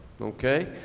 Okay